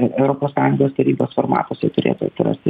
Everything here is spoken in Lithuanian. europos sąjungos tarybos formatuose turėtų atsirasti